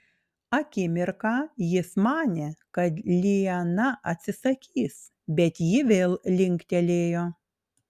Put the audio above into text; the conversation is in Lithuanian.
akimirką jis manė kad liana atsisakys bet ji vėl linktelėjo